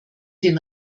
den